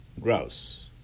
grouse